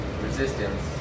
resistance